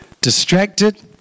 Distracted